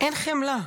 אין חמלה.